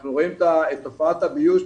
אנחנו רואים את תופעת הביוש,